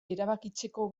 erabakitzeko